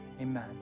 amen